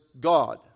God